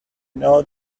know